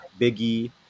Biggie